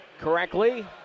correctly